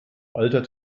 alter